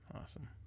Awesome